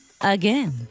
again